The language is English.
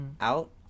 out